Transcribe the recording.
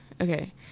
Okay